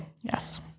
Yes